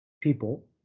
people